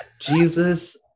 Jesus